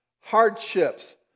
hardships